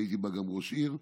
שהייתי בה גם ראש עיר,